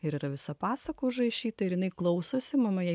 ir yra visa pasaka užrašyta ir jinai klausosi mama jai